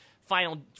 final